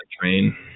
train